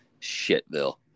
shitville